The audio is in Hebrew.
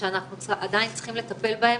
ושאנחנו עדיין צריכים לטפל בהם,